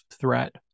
threat